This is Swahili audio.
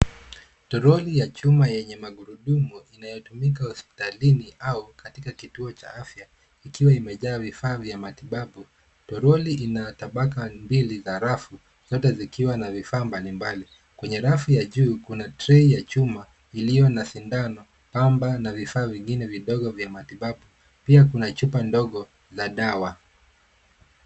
Toroli ya chuma yenye magurudumu inayotumika katika hospitalini au kituo cha afya ikiwa imejaa vitu vya matibabu. Toroli ina tabaka mbili za rafu zote zikiwa na vifaa mbalimbali. Kwenye rafu ya juu kuna trei ya chuma iliyo na sindano, pamba na vifaa vingine vidogo vya matibabu. Pia kuna chupa ndogo ya dawa.